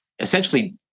Essentially